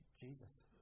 Jesus